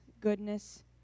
goodness